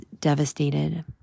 devastated